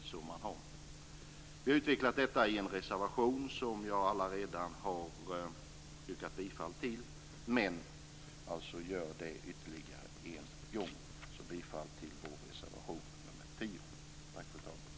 Vi har utvecklat detta i en reservation som jag redan har yrkat bifall till, men jag gör det ytterligare en gång. Jag yrkar alltså bifall till vår reservation nr 10.